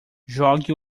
jogue